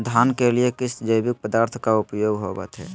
धान के लिए किस जैविक पदार्थ का उपयोग होवत है?